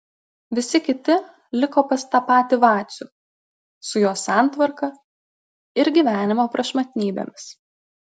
visi kiti liko pas tą patį vacių su jo santvarka ir gyvenimo prašmatnybėmis